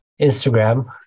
Instagram